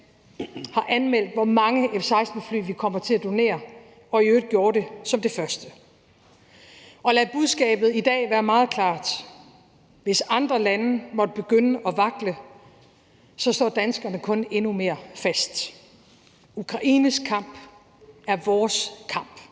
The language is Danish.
har anmeldt, hvor mange F-16-fly vi kommer til at donere, hvilket vi i øvrigt gjorde som de første. Og lad budskabet være meget klart: Hvis andre lande måtte begynde at vakle, så står danskerne kun endnu mere fast. Ukraines kamp er vores kamp.